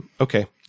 Okay